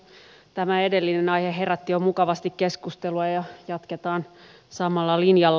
tämä edellinen aihe herätti jo mukavasti keskustelua ja jatketaan samalla linjalla